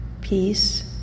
peace